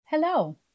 Hello